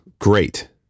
Great